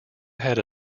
had